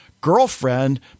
girlfriend